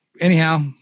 Anyhow